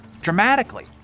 dramatically